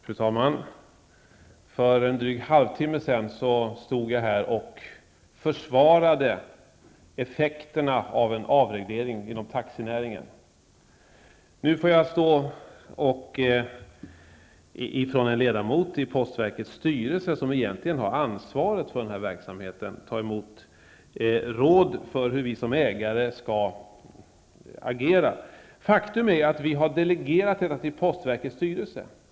Fru talman! För en dryg halvtimme sedan stod jag här och försvarade effekterna av en avreglering inom taxinäringen. Nu får jag från en ledamot som sitter i postverkets styrelse, som egentligen har ansvaret för denna verksamhet, ta emot råd om hur staten som ägare skall agera. Faktum är att beslutanderätten är delegerad till postverkets styrelse.